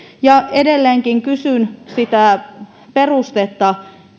ja edelleenkin kysyn sitä perustetta